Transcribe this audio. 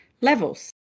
levels